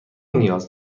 نیاز